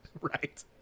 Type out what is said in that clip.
right